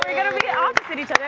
be opposite each other.